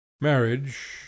marriage